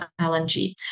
LNG